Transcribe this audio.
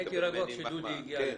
אני הייתי רגוע כשדודי הגיע לכאן.